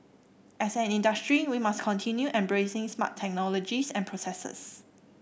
as an industry we must continue embracing smart technologies and processes